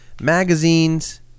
magazines